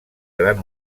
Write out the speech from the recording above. gran